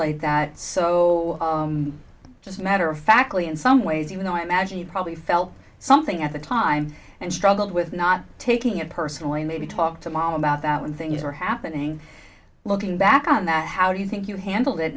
articulate that so just matter of fact lee in some ways even though i imagine you probably felt something at the time and struggled with not taking it personally maybe talk to mom about that when things were happening looking back on that how do you think you handled it